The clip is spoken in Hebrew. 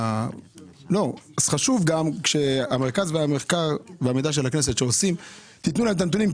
זה חשוב שתתנו למרכז המחקר והמידע של הכנסת את הנתונים,